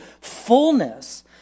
fullness